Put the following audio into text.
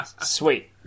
Sweet